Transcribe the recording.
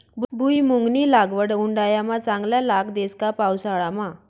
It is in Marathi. भुईमुंगनी लागवड उंडायामा चांगला लाग देस का पावसाळामा